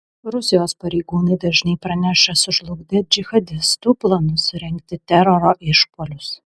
rusijos pareigūnai dažnai praneša sužlugdę džihadistų planus surengti teroro išpuolius